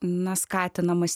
na skatinamas